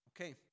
Okay